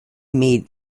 made